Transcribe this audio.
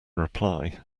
reply